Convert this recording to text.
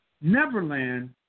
Neverland